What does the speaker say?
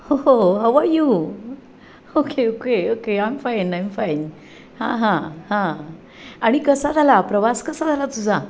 हो हो how are you okay okay okay I'm fine I am fine हां हां हां आणि कसा झाला प्रवास कसा झाला तुझा